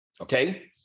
Okay